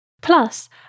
Plus